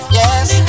yes